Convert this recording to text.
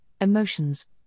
emotions